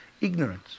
Ignorance